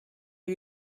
are